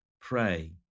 pray